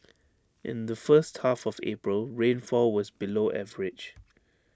in the first half of April rainfall was below average